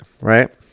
right